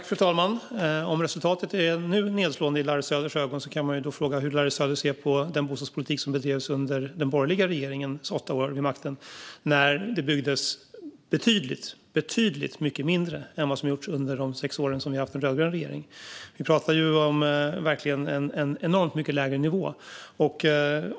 Fru talman! Om resultatet nu är nedslående i Larry Söders ögon kan man fråga sig hur han ser på den bostadspolitik som bedrevs under den borgerliga regeringens åtta år vid makten, när det byggdes betydligt mindre än under de sex år som vi har haft en rödgrön regering. Vi pratar verkligen om en enormt mycket lägre nivå.